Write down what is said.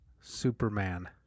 Superman